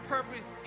Purpose